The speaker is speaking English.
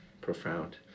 Profound